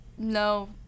No